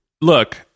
Look